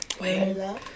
Wait